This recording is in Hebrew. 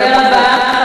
הדובר הבא,